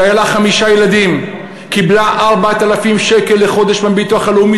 משפחה שהיו לה חמישה ילדים קיבלה 4,000 שקל לחודש מהביטוח הלאומי,